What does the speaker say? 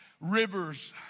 Rivers